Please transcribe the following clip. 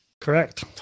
correct